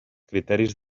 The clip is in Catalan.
criteris